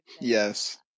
Yes